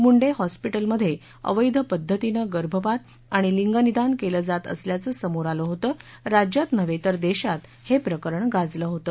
मुंडे हॉस्पिटलमध्ये अवैध पद्धतीनं गर्भपात आणि लिंगनिदान केलं जात असल्याचं समोर आलं होतं राज्यातच नव्हे तर देशात हे प्रकरण गाजलं होतं